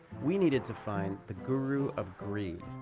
we needed to find the guru of greed.